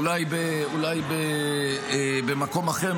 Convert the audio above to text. אולי במקום אחר,